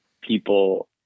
people